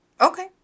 Okay